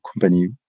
company